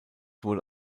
wurde